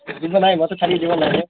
ଦିନ ନାଇଁ ମୋତେ ଛାଡ଼ି କି ଯିବାର ନାହିଁ